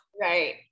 Right